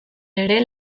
ere